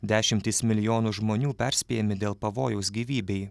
dešimtys milijonų žmonių perspėjami dėl pavojaus gyvybei